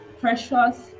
precious